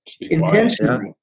intentionally